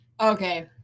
Okay